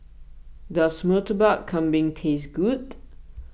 does Murtabak Kambing taste good